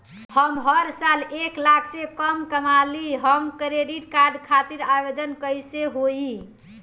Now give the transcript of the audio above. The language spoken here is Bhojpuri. हम हर साल एक लाख से कम कमाली हम क्रेडिट कार्ड खातिर आवेदन कैसे होइ?